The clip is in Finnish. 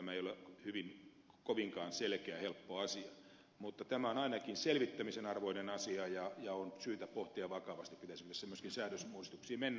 tämä ei ole kovinkaan selkeä helppo asia mutta tämä on ainakin selvittämisen arvoinen asia ja on syytä pohtia vakavasti pitäisikö tässä myöskin säädösuudistuksiin mennä